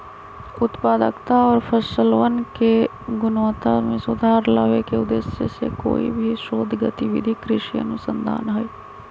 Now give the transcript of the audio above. उत्पादकता और फसलवन के गुणवत्ता में सुधार लावे के उद्देश्य से कोई भी शोध गतिविधि कृषि अनुसंधान हई